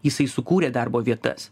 jisai sukūrė darbo vietas